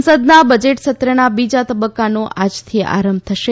સંસદના બજેટ સત્રના બીજા તબક્કાનો આજથી આરંભ થશે